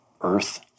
earth